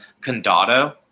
Condado